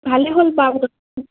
ভালেই হ'ল